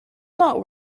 not